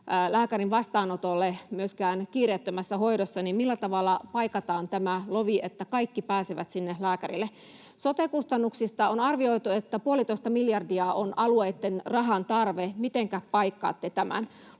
lääkärin vastaanotolle myöskään kiireettömässä hoidossa? Millä tavalla paikataan tämä lovi, että kaikki pääsevät lääkärille? Sote-kustannuksista on arvioitu, että puolitoista miljardia on alueitten rahan tarve. Mitenkä paikkaatte tämän?